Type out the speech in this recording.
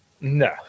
No